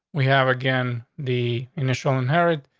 we have again the initial inherit.